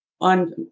on